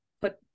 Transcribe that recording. put